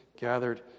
gathered